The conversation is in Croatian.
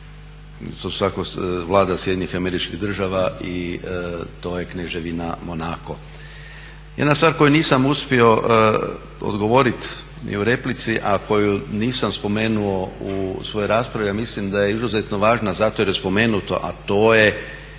To je svakako Vlada SAD-a i to je Kneževina Monako. Jedna stvar koju nisam uspio odgovorit ni u replici, a koju nisam spomenuo u svojoj raspravi, a mislim da je izuzetno važna zato jer je spomenut broj